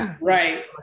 Right